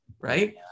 Right